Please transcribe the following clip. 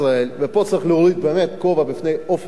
ופה באמת צריך להוריד את הכובע בפני עופר עיני,